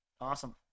Awesome